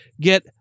get